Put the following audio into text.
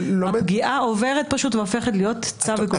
אלא הפגיעה עוברת והופכת להיות צו עיכוב יציאה מן הארץ.